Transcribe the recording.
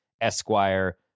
Esquire